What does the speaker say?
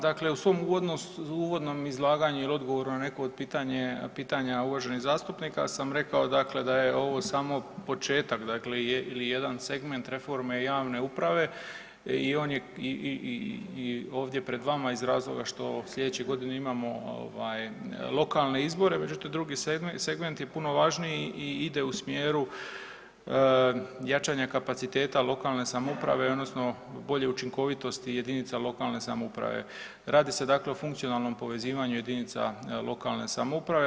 Dakle u svom uvodnom izlaganju ili odgovoru na neka od pitanja uvaženih zastupnika sam rekao da je ovo samo početak ili jedan segment reforme javne uprave i on je pred vama ovdje iz razloga što sljedeće godine imamo lokalne izbore, međutim drugi segment je puno važniji i ide u smjeru jačanja kapaciteta lokalne samouprave odnosno bolje učinkovitosti jedinica lokalne samouprave, radi se dakle o funkcionalnom povezivanju jedinice lokalne samouprave.